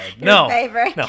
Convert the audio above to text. No